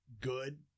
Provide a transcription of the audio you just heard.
good